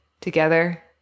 together